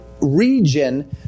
region